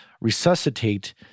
resuscitate